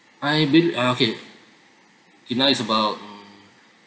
I bel~ ah okay okay now it's about mm